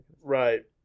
Right